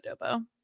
adobo